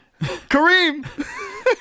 Kareem